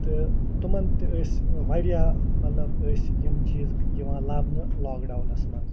تہٕ تِمَن تہِ ٲسۍ وارِیاہ مطلب أسۍ یِم چیٖز یِوان لبنہٕ لاک ڈاونس منٛز